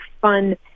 fun